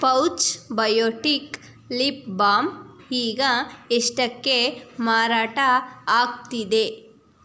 pouch Biotique lip balm ಈಗ ಎಷ್ಟಕ್ಕೆ ಮಾರಾಟ ಆಗ್ತಿದೆ